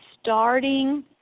starting